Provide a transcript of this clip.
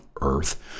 Earth